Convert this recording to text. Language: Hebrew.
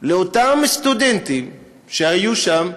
לאותם סטודנטים שהיו שם: